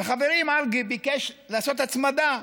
וחברי מרגי ביקש לעשות הצמדה,